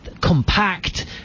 compact